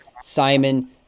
Simon